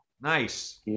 Nice